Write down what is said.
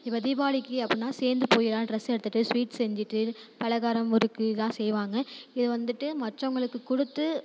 இப்போ தீபாவளிக்கு சேர்ந்து போயெலாம் ட்ரஸ்ஸு எடுத்துகிட்டு ஸ்வீட் செஞ்சுட்டு பலகாரம் முறுக்கு இதுதான் செய்வாங்க இதை வந்துட்டு மற்றவர்களுக்கு கொடுத்து